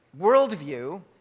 worldview